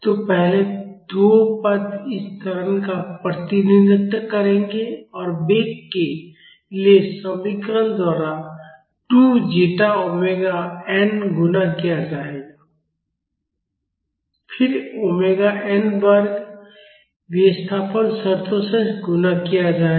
तो पहले 2 पद इस त्वरण का प्रतिनिधित्व करेंगे और वेग के लिए समीकरण द्वारा 2 zeta ओमेगा n गुणा किया जाएगा फिर ओमेगा n वर्ग विस्थापन शर्तों से गुणा किया जाएगा